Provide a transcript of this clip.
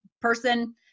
person